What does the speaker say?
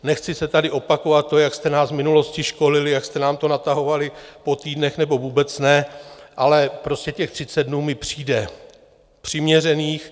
Nechci tady opakovat, jak jste nás v minulosti školili, jak jste nám to natahovali po týdnech, nebo vůbec ne, ale těch 30 dnů mi přijde přiměřených.